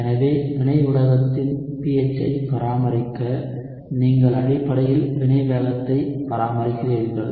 எனவே வினை ஊடகத்தின் pH ஐ பராமரிக்க நீங்கள் அடிப்படையில் வினை வேகத்தை பராமரிக்கிறீர்கள்